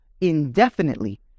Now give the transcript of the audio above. Indefinitely